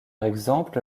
exemple